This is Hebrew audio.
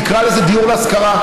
תקרא לזה דיור להשכרה,